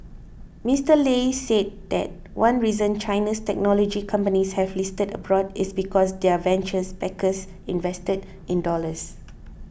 Mister Lei said that one reason China's technology companies have listed abroad is because their venture backers invested in dollars